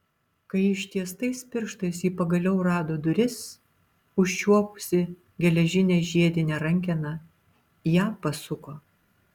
kai ištiestais pirštais ji pagaliau rado duris užčiuopusi geležinę žiedinę rankeną ją pasuko